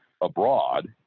abroad